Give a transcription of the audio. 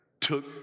took